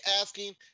asking